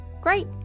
Great